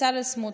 בצלאל סמוטריץ':